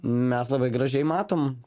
mes labai gražiai matom